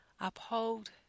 uphold